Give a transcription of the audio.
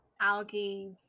algae